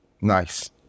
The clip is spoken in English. nice